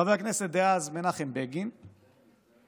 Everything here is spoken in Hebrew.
חבר הכנסת דאז מנחם בגין ומצטט,